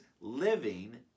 living